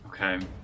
okay